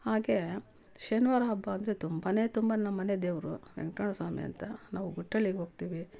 ಹಾಗೆ ಶನಿವಾರ್ ಹಬ್ಬ ಅಂದರೆ ತುಂಬಾ ತುಂಬ ನಮ್ಮಮನೆ ದೇವರು ವೆಂಕ್ಟರಮ್ಣ ಸ್ವಾಮಿ ಅಂತ ನಾವು ಗುಟ್ಟಳ್ಳಿಗೆ ಹೋಗ್ತಿವಿ